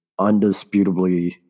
undisputably